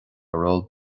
ról